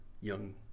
young